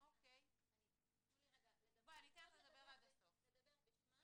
תנו לי לדבר בשמם